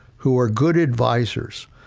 who are good advisors,